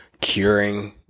curing